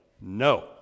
No